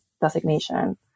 designation